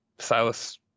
Silas